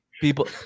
people